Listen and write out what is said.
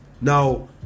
Now